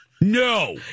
No